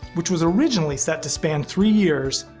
which was originally set to span three years,